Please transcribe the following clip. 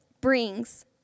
brings